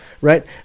right